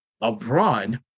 abroad